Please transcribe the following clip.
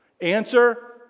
Answer